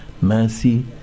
mercy